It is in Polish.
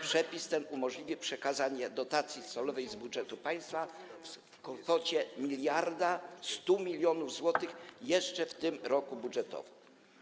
Przepis ten umożliwi przekazanie dotacji celowej z budżetu państwa w kwocie 1100 mln zł jeszcze w tym roku budżetowym.